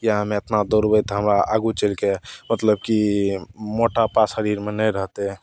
या हम्मे एतना दौड़बय तऽ हमरा आगू चलिकऽ मतलब की मोटापा शरीरमे नहि रहतय